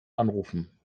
anrufen